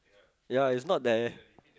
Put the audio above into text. ya it's not that